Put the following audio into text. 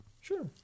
sure